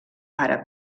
àrab